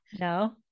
No